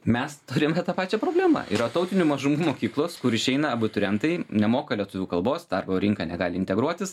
mes turime tą pačią problemą yra tautinių mažumų mokyklos kur išeina abiturientai nemoka lietuvių kalbos darbo rinką negali integruotis